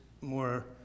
more